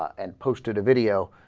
and posted a video